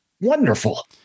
wonderful